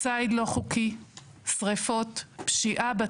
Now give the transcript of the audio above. למנוע ציד לא חוקי; למנוע שריפות; למונע פשיעה,